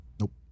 Nope